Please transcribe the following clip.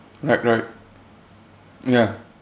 right right ya